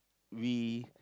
we